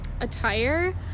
Attire